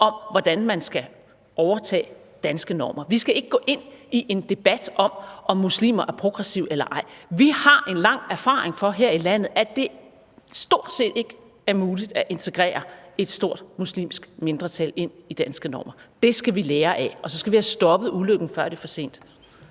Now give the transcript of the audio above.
til, at man skal overtage danske normer. Vi skal ikke gå ind i en debat om, om muslimer er progressive eller ej. Vi har en lang erfaring for her i landet, at det stort set ikke er muligt at integrere et stort muslimsk mindretal ind i de danske normer. Det skal vi lære af. Og så skal vi have stoppet ulykken, før det er for sent.